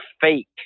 fake